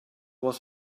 was